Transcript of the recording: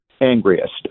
Angriest